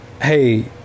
hey